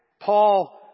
Paul